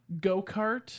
go-kart